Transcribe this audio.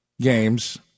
games